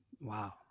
Wow